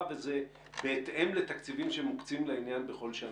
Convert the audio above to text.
וזה בהתאם לתקציבים שמוקצים לעניין בכל שנה.